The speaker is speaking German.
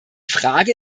frage